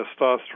testosterone